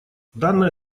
данная